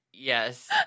Yes